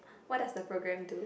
what does the program do